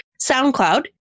SoundCloud